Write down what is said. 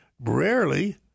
rarely